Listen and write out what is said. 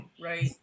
Right